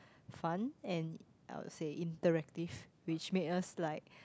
fun and I would say interactive which I made us like